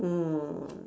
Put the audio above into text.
mm